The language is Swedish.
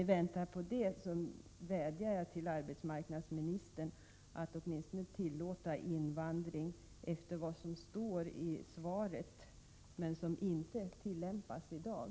I väntan på det vädjar jag till arbetsmarknadsministern att åtminstone tillåta invandring enligt vad som står i svaret men som inte tillämpas i dag.